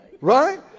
Right